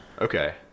Okay